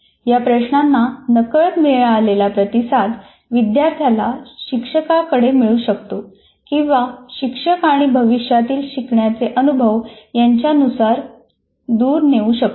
या प्रश्नांना नकळत मिळालेला प्रतिसाद विद्यार्थ्याला शिक्षकाकडे मिळू शकतो किंवा शिक्षक आणि भविष्यातील शिकण्याचे अनुभव यांच्यापासून दूर नेऊ शकतो